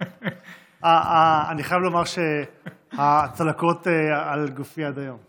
אני חייב לומר שהצלקות על גופי עד היום.